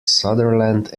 sutherland